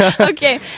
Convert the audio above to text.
Okay